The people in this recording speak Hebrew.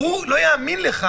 הוא לא יאמין לך